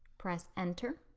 press enter.